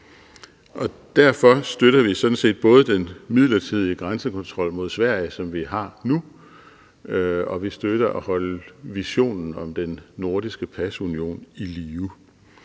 Derfor støtter vi sådan set både den midlertidige grænsekontrol mod Sverige, som vi har nu, og vi støtter at holde visionen om den nordiske pasunion i live.